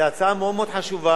זאת הצעה מאוד מאוד חשובה.